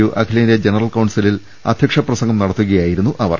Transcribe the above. U അഖിലേന്ത്യാ general കൌൺസിലിൽ അധ്യക്ഷ പ്രസംഗം നടത്തുകയായിരുന്നു അവർ